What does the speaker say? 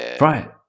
Right